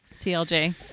TLJ